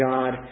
God